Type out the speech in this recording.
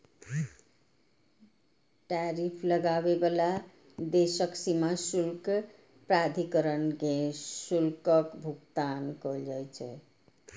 tariff लगाबै बला देशक सीमा शुल्क प्राधिकरण कें शुल्कक भुगतान कैल जाइ छै